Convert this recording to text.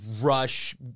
Rush